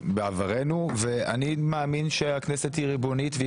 בעברנו ואני מאמין שהכנסת היא ריבונית והיא